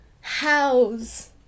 house